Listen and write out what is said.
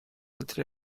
altri